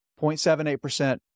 0.78%